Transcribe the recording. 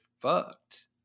fucked